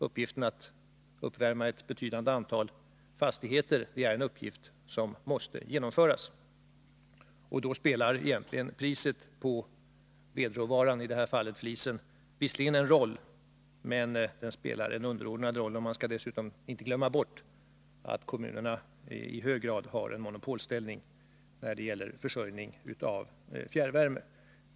Uppgiften att värma ett betydande antal fastigheter är en uppgift som måste genomföras, och då spelar priset på vedråvaran, i det här fallet flisen, visserligen en roll men en underordnad roll. Man skall dessutom inte glömma bort att kommunerna i hög grad har en monopolställning när det gäller försörjning av fjärrvärme.